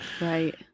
Right